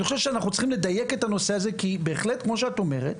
אני חושב שאנחנו צריכים לדייק את הנושא הזה כי בהחלט כמו שאת אומרת,